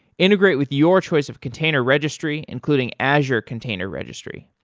integrate with your choice of container registry, including azure container registry.